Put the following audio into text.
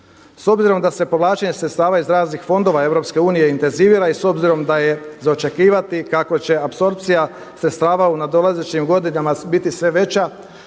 S obzirom da se povlačenje sredstava iz raznih fondova Europske unije intenzivira i s obzirom da je za očekivati kako će apsorpcija sredstava u nadolazećim godinama biti sve veća,